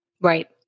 Right